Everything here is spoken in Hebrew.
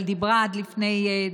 אבל היא דיברה עד לפני דקה,